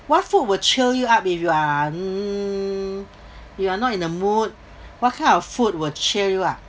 what food will cheer you up if you are mm you are not in the mood what kind of food will cheer you up